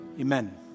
Amen